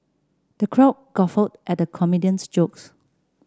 the crowd guffawed at the comedian's jokes